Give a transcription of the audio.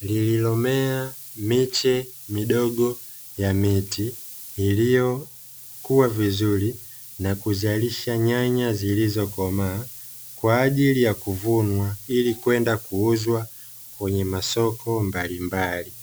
lililomea miche midogo ya miti, iliyokuwa vizuri na kuzalisha nyanya zilizokomaa kwa ajili ya kuvunwa ili kwenda kuuzwa kwenye masoko mbalimbali.